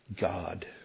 God